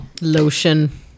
lotion